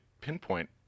pinpoint